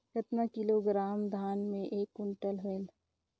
कतना किलोग्राम धान मे एक कुंटल होयल?